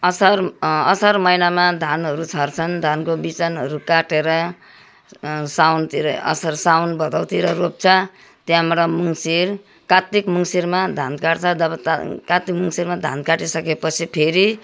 असार असार महिनामा धानहरू छर्छन् धानको बिजनहरू काटेर साउनतिर असार साउन भदौतिर रोप्छ त्यहाँबाट मङ्सिर कार्तिक मङ्सिरमा धान काट्छ जब धान कार्तिक मङ्सिरमा धान काटिसके पछि फेरि